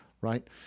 Right